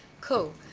Cool